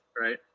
right